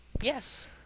Yes